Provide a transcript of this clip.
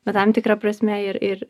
bet tam tikra prasme ir ir